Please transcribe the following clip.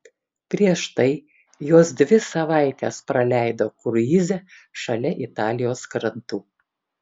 prieš tai jos dvi savaites praleido kruize šalia italijos krantų